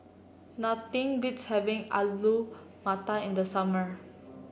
nothing beats having Alu Matar in the summer